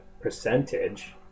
percentage